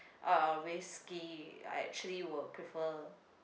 uh risky I actually would prefer